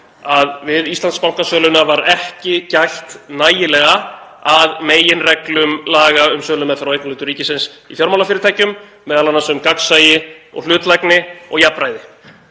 að við Íslandsbankasöluna var ekki gætt nægilega að meginreglum laga um sölumeðferð á eignarhluta ríkisins í fjármálafyrirtækjum, m.a. um gagnsæi, hlutlægni og jafnræði.